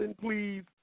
please